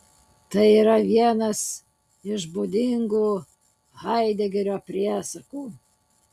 tai yra vienas iš būdingų haidegerio priesakų